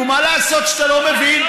נו, מה לעשות שאתה לא מבין?